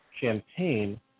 champagne